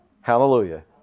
Hallelujah